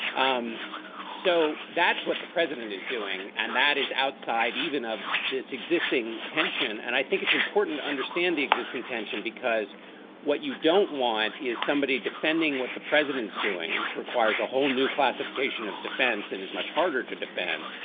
um so that's what the president is doing and that is outside even of this existing tension. and i think it's important to understand the existing tension, because what you don't want is somebody defending what the president's doing, which requires a whole new classification of defense and is much harder to defend.